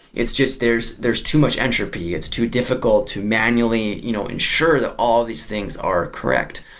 it's just there's there's too much entropy. it's too difficult to manually you know ensure that all of these things are correct.